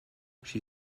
she